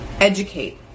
educate